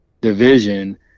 division